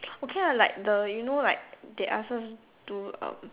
okay ah like the you know like they ask us do um